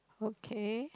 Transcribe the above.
okay